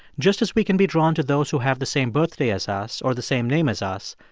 just as we can be drawn to those who have the same birthday as us or the same name as us,